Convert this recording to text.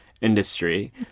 industry